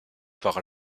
par